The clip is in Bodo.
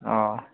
अ